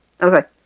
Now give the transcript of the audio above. Okay